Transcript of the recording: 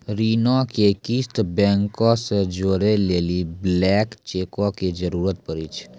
ऋणो के किस्त बैंको से जोड़ै लेली ब्लैंक चेको के जरूरत पड़ै छै